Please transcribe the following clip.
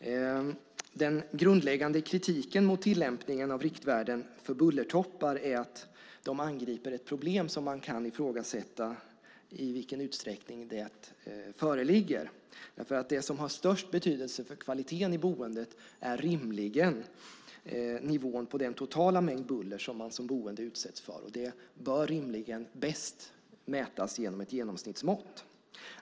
Den grundläggande kritiken mot tillämpningen av riktvärden för bullertoppar är att de angriper ett problem som man kan ifrågasätta i vilken utsträckning det föreligger. Det som har störst betydelse för kvaliteten i boendet är rimligen nivån på den totala mängd buller som man som boende utsätts för, och det bör rimligen bäst mätas genom ett genomsnittsmått.